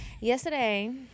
Yesterday